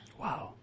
Wow